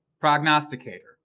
prognosticator